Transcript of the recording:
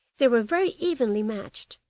they were very evenly matched,